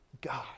God